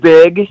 Big